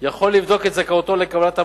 יכול לבדוק את זכאותו לקבלת המענק,